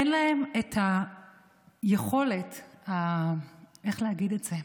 אין להם את היכולת, איך להגיד את זה?